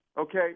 okay